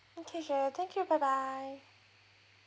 okay sure thank you bye bye